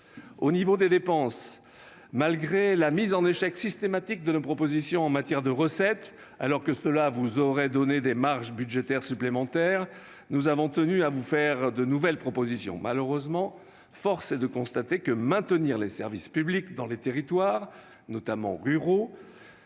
de même pour les dépenses. En dépit de la mise en échec systématique de nos dispositions en matière de recettes, qui vous aurait donné des marges budgétaires supplémentaires, nous avons tenu à vous faire de nouvelles propositions. Malheureusement, force est de constater que le maintien des services publics dans les territoires, notamment ruraux,